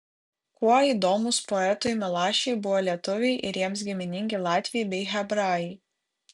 kuo įdomūs poetui milašiui buvo lietuviai ir jiems giminingi latviai bei hebrajai